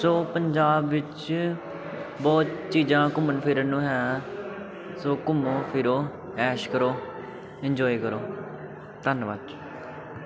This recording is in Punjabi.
ਸੋ ਪੰਜਾਬ ਵਿੱਚ ਬਹੁਤ ਚੀਜ਼ਾਂ ਘੁੰਮਣ ਫਿਰਨ ਨੂੰ ਹੈ ਸੋ ਘੁੰਮੋ ਫਿਰੋ ਐਸ਼ ਕਰੋ ਇੰਜੋਏ ਕਰੋ ਧੰਨਵਾਦ